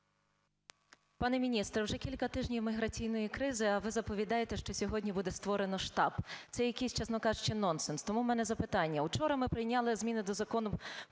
Пане міністре, вже кілька тижнів міграційної кризи, а ви доповідаєте, що сьогодні буде створено штаб. Це якийсь, чесно кажучи, нонсенс. Тому в мене запитання. Учора ми прийняли зміни до Закону